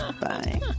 Bye